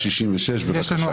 ההסתייגות הוסרה, 166, בבקשה.